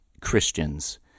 Christians